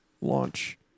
launch